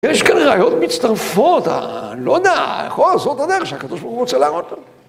יש כנראה עוד מצטרפות, אני לא יודע, יכול להיות שזאת הדרך שהקדוש ברוך הוא רוצה להראות לנו.